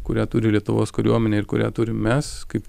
kurią turi lietuvos kariuomenė ir kurią turim mes kaip